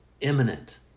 imminent